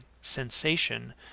sensation